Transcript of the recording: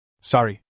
Sorry